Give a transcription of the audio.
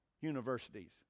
universities